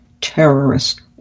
terrorist